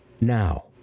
now